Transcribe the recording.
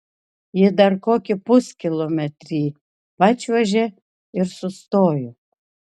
ji dar kokį puskilometrį pačiuožė ir sustojo